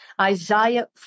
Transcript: Isaiah